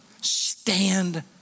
stand